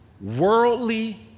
worldly